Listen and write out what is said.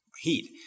heat